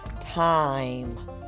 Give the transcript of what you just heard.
time